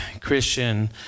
Christian